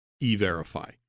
e-verify